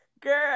girl